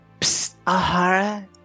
Ahara